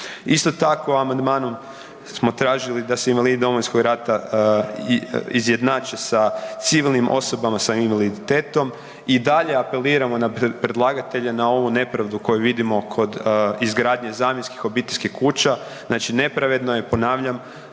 Isto tako, amandmanom smo tražili da se invalidi Domovinskog rata izjednače sa civilnim osobama, sa invaliditetom, i dalje apeliramo na predlagatelja na ovu nepravdu koju vidimo kod izgradnje zamjenskih obiteljskih kuća, znači nepravedno je, ponavljam,